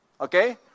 Okay